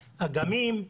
אגמים,